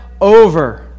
over